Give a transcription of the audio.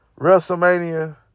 WrestleMania